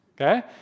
okay